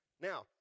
Now